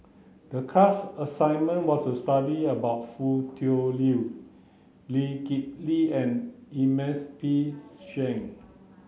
the class assignment was to study about Foo Tui Liew Lee Kip Lee and Ernest P Shank